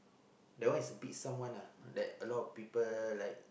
that one is beat someone uh that a lot of people like